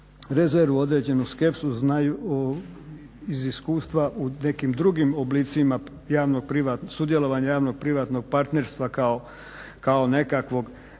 rezervu, određenu skepsu. Iz iskustva u nekim drugim oblicima sudjelovanja javnoprivatnog partnerstva kao nekakvog